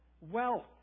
wealth